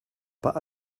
pas